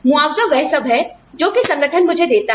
मुआवजा वह सब है जो कि संगठन मुझे देता है